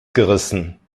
gerissen